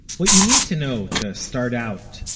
what you need to know, to start out,